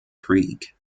creek